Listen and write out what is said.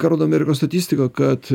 ką rodo amerikos statistika kad